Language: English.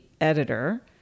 editor